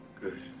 good